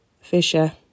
Fisher